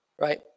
Right